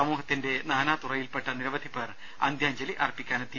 സമൂഹത്തിന്റെ നാനാതുറയിൽപ്പെട്ട നിരവധി പേർ അന്ത്യാഞ്ജലി അർപ്പിക്കാനെത്തി